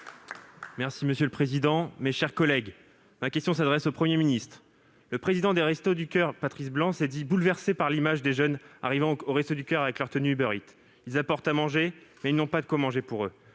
Socialiste, Écologiste et Républicain. Ma question s'adresse à M. le Premier ministre. Le président des Restos du coeur, Patrice Blanc, s'est dit bouleversé par l'image de jeunes « arrivant aux Restos du coeur avec leur tenue Uber Eats. Ils apportent à manger, mais n'ont pas de quoi manger pour eux